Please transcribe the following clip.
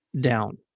down